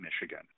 Michigan